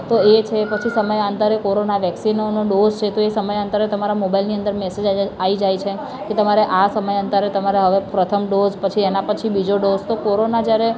તો એ છે પછી સમયાંતરે કોરોના વૅક્સિનોનો ડોઝ છે તો એ સમયાંતરે તમારા મોબાઇલની અંદર મેસેજ આ જાય છે આવી જાય છે કે તમારે આ સમયાંતરે તમારે હવે પ્રથમ ડોઝ પછી એના પછી બીજો ડોઝ તો કોરોના જયારે